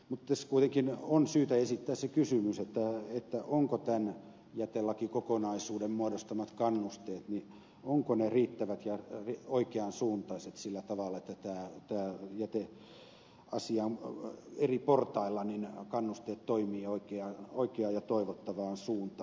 mutta tässä kuitenkin on syytä esittää se kysymys ovatko tämän jätelakikokonaisuuden muodostamat kannusteet riittävät ja oikean suuntaiset sillä tavalla että jäteasian eri portailla kannusteet toimivat oikeaan ja toivottavaan suuntaan